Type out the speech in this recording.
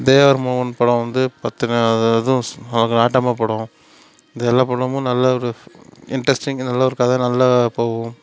தேவர் மகன் படம் வந்து பார்த்திங்கனா அதாவது நாட்டாமை படம் இந்த எல்லா படமும் நல்ல ஒரு இன்ட்ரெஸ்ட்டிங்காக நல்ல ஒரு கதை நல்லா போகும்